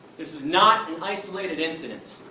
is not an isolated incident!